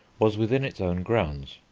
was within its own grounds,